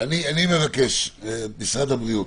אני מבקש, משרד הבריאות,